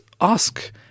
ask